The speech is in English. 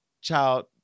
Child